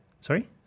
Sorry